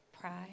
pride